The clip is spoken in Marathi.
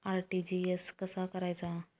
आर.टी.जी.एस कसा करायचा?